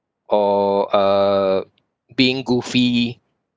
or uh being goofy